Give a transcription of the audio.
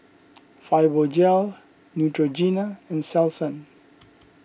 Fibogel Neutrogena and Selsun